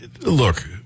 look